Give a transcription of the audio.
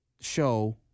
show